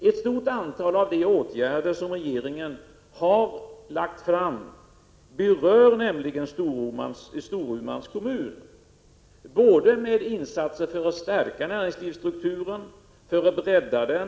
Ett stort antal av de åtgärder som regeringen föreslagit berör nämligen Storumans kommun både vad gäller insatser för att stärka näringslivsstrukturen och för att bredda den.